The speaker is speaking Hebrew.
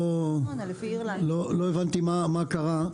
לא הבנתי מה קרה.